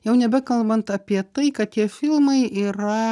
jau nebekalbant apie tai kad tie filmai yra